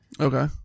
Okay